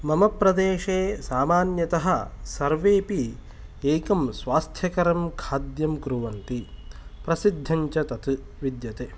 मम प्रदेशे सामान्यतः सर्वेपि एकं स्वास्थ्यकरं खाद्यं कुर्वन्ति प्रसिद्धञ्च तत् विद्यते